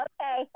Okay